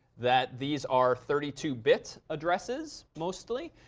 that these are thirty two bit addresses mostly.